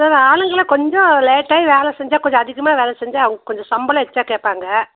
sir ஆளுங்களெல்லாம் கொஞ்சம் லேட்டாகி வேலை செஞ்சால் கொஞ்சம் அதிகமாக வேலை செஞ்சால் அவங்க கொஞ்சம் சம்பளம் எக்ஸ்ட்ரா கேட்பாங்க